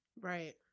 right